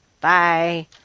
Bye